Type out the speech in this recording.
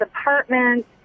apartment